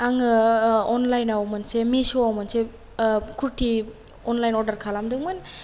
आङो अनलाइनाव मोनसे मिश'आव मोनसे कुरति अनलाइन अर्डार खालामदोंमोन